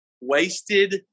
wasted